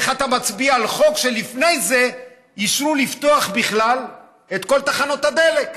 איך אתה מצביע על חוק כשלפני זה אישרו לפתוח בכלל את כל תחנות הדלק?